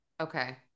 Okay